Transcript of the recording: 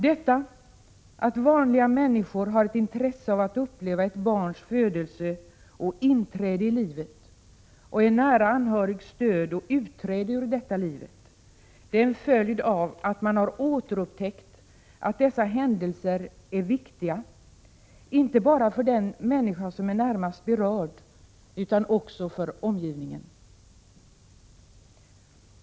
Detta att vanliga människor har ett intresse av att få uppleva ett barns födelse och inträde i livet och en nära anhörigs död och utträde ur livet är en följd av att man har återupptäckt att dessa händelser är viktiga, inte bara för den människa som är närmast berörd utan också för omgivningen.